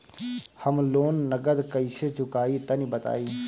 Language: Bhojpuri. हम लोन नगद कइसे चूकाई तनि बताईं?